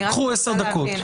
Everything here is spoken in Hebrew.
קחו 10 דקות.